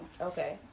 okay